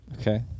Okay